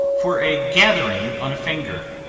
for a gathering on a finger.